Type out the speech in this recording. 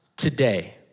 today